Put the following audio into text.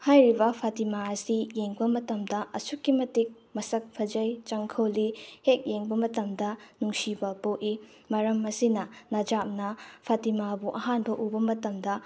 ꯍꯥꯏꯔꯤꯕ ꯐꯇꯤꯃꯥ ꯑꯁꯤ ꯌꯦꯡꯕ ꯃꯇꯝꯗ ꯑꯁꯨꯛꯀꯤ ꯃꯇꯤꯛ ꯃꯁꯛ ꯐꯖꯩ ꯆꯪꯈꯣꯜꯂꯤ ꯍꯦꯛ ꯌꯦꯡꯕ ꯃꯇꯝꯗ ꯅꯨꯡꯁꯤꯕ ꯄꯣꯛꯏ ꯃꯔꯝ ꯑꯁꯤꯅ ꯅꯖꯥꯞꯅ ꯐꯇꯤꯃꯥꯕꯨ ꯑꯍꯥꯟꯕ ꯎꯕ ꯃꯇꯝꯗ